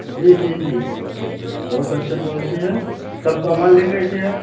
जी जी जी बहुत अच्छा पॉलिसी है कब सामान ले गए थे आप